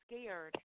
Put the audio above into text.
scared